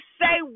say